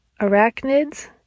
arachnids